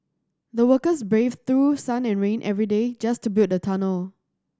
the workers braved through sun and rain every day just to build the tunnel